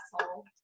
asshole